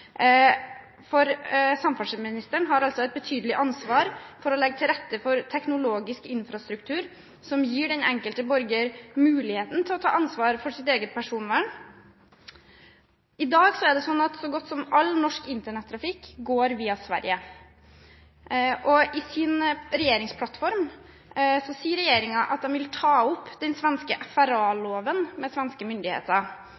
Samferdselsministeren har et betydelig ansvar for å legge til rette for teknologisk infrastruktur som gir den enkelte borger muligheten til å ta ansvar for sitt eget personvern. I dag er det sånn at så godt som all norsk internettrafikk går via Sverige. I sin regjeringsplattform sier regjeringen at den vil ta opp den svenske